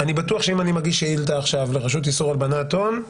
אני בטוח שאם אני מגיש שאילתה עכשיו לרשות לאיסור להלבנת הון,